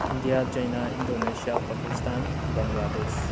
India China Indonesia Pakistan Bangladesh